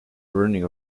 burning